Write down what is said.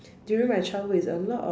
during my childhood is a lot of